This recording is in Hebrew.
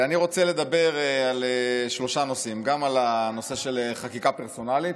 אני רוצה לדבר על שלושה נושאים: גם על הנושא של חקיקה פרסונלית,